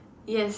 yes